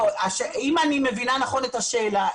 אם אני מבינה נכון את השאלה,